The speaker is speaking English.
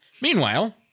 Meanwhile